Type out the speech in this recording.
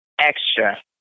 extra